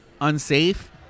unsafe